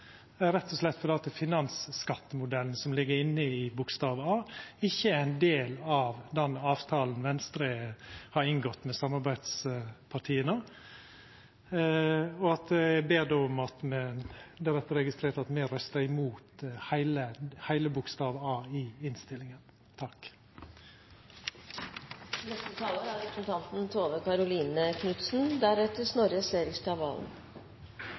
rett og slett fordi finansskattemodellen som ligg inne i A, ikkje er ein del av den avtalen Venstre har inngått med samarbeidspartia. Eg ber då om at det vert registrert at me røystar imot heile A i innstillinga.